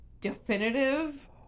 definitive